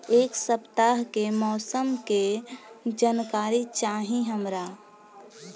एक सपताह के मौसम के जनाकरी चाही हमरा